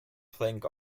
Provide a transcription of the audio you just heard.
think